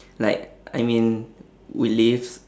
like I mean we lives